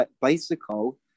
Bicycle